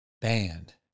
band